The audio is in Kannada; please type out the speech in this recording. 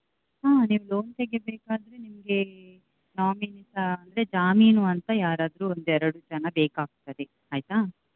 ಹಾಂ ನೀವು ಲೋನ್ ತೆಗಿಬೇಕಾದರೆ ನಿಮಗೆ ನಾಮಿನಿಸ್ ಅಂದರೆ ಜಾಮೀನು ಅಂತ ಯಾರಾದರೂ ಒಂದೆರಡು ಜನ ಬೇಕಾಗ್ತದೆ ಆಯಿತಾ